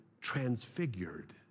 transfigured